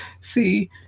See